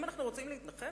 אם אנחנו רוצים להתנחם,